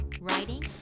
Writing